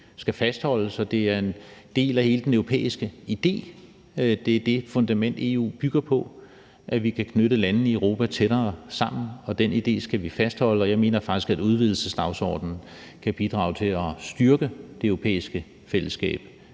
skal fastholdes. Det er en del af hele den europæiske idé. Det er det fundament, EU bygger på, nemlig at vi kan knytte landene i Europa tættere sammen. Den idé skal vi fastholde, og jeg mener faktisk, at udvidelsesdagsordenen kan bidrage til at styrke det europæiske fællesskab